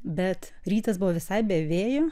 bet rytas buvo visai be vėjo